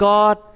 God